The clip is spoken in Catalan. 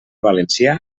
valencià